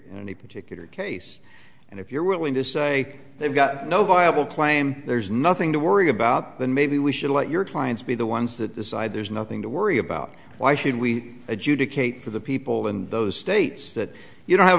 the particular case and if you're willing to say they've got no viable claim there's nothing to worry about than maybe we should let your clients be the ones that decide there's nothing to worry about why should we adjudicate for the people in those states that you don't have